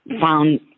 found